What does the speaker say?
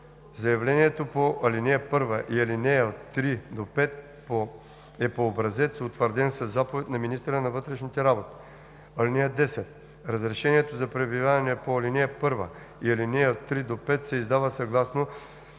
Заявлението по ал. 1 и ал. 3 – 5 е по образец, утвърден със заповед на министъра на вътрешните работи. (10) Разрешението за пребиваване по ал. 1 и ал. 3 – 5 се издава съгласно